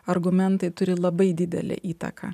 argumentai turi labai didelę įtaką